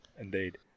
Indeed